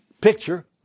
picture